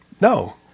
No